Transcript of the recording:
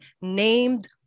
named